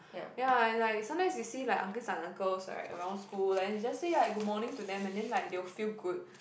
ya and like sometimes you see like aunties and uncles right around school then just say like good morning to them and then like they will feel good